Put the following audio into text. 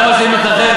זה מה שמאפיין אותך.